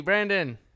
Brandon